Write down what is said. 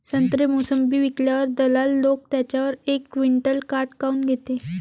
संत्रे, मोसंबी विकल्यावर दलाल लोकं त्याच्यावर एक क्विंटल काट काऊन घेते?